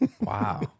Wow